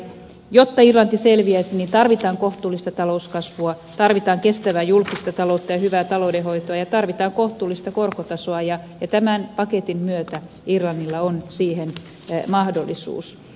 jotta irlanti selviäisi tarvitaan kohtuullista talouskasvua tarvitaan kestävää julkista taloutta ja hyvää taloudenhoitoa ja tarvitaan kohtuullista korkotasoa ja tämän paketin myötä irlannilla on siihen mahdollisuus